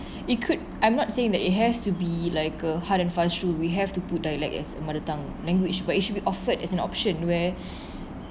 it could I'm not saying that it has to be like a hard and fast rule we have to put dialect as a mother tongue language but it should be offered as an option where